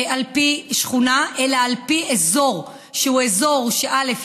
על פי שכונה אלא על פי אזור שהוא: א.